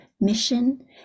mission